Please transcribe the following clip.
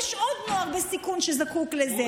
יש עוד נוער בסיכון שזקוק לזה.